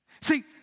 See